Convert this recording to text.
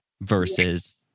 versus